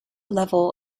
level